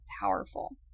powerful